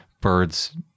birds